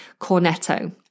Cornetto